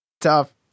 tough